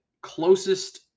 closest